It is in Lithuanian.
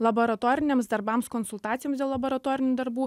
laboratoriniams darbams konsultacijoms dėl laboratorinių darbų